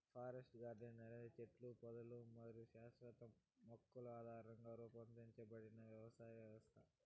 forest garden అనేది చెట్లు, పొదలు మరియు శాశ్వత మొక్కల ఆధారంగా రూపొందించబడిన వ్యవసాయ వ్యవస్థ